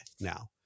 now